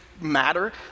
matter